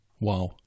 Wow